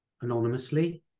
anonymously